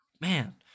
man